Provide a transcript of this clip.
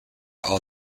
all